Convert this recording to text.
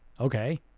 Okay